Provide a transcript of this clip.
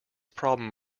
problem